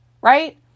right